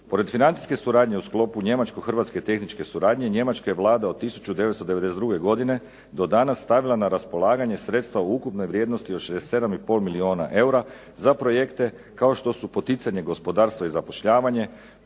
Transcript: Pored financijske suradnje u sklopu njemačko-hrvatske tehničke suradnje Njemačka je Vlada od 1992. godine do danas stavila na raspolaganje sredstva u ukupnoj vrijednosti od 67,5 milijuna eura za projekte kao što su poticanje gospodarstva i zapošljavanje,